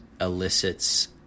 elicits